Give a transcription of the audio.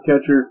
catcher